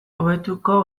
hobetuko